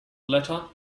letter